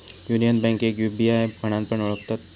union बैंकेक UBI म्हणान पण ओळखतत